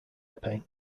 paint